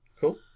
Cool